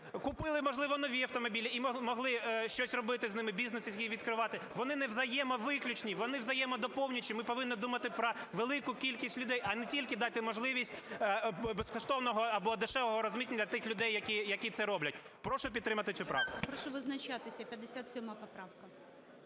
купили б, можливо, нові автомобілі і могли щось робили з ними, бізнес якийсь відкривати. Вони не взаємно виключні, вони взаємодоповнюючі. Ми повинні думати про велику кількість людей, а не тільки дати можливість безкоштовного або дешевого розмитнення тих людей, які це роблять. Прошу підтримати цю правку. ГОЛОВУЮЧИЙ. Прошу визначатися, 57 поправка.